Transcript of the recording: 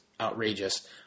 outrageous